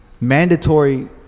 mandatory